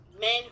men